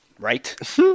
right